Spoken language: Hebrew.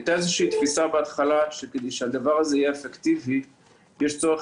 הייתה בהתחלה איזושהי תפיסה שכדי שהדבר הזה יהיה אפקטיבי יש צורך